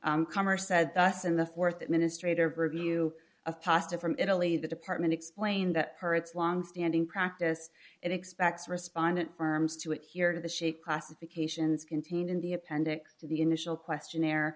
in the th administrative review of pasta from italy the department explained that her its longstanding practice it expects respondent firms to adhere to the shape classifications contained in the appendix to the initial questionnaire